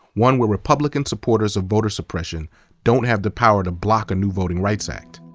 one where republican supporters of voter suppression don't have the power to block a new voting rights act.